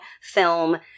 film